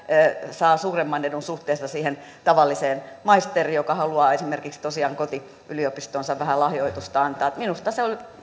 saa suuremman edun suhteessa siihen tavalliseen maisteriin joka haluaa esimerkiksi tosiaan kotiyliopistoonsa vähän lahjoitusta antaa minusta se on